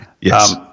Yes